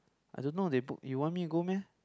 I don't know they book you want me go meh